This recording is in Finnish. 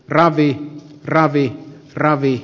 ravi ravi ravi